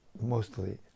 mostly